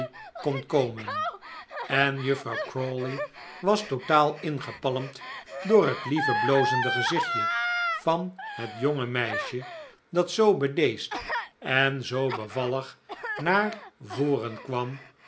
kon komen en juffrouw crawley was totaal ingepalmd door het lieve blozende gezichtje van het jonge meisje dat zoo bedeesd en zoo bevallig naar voren kwam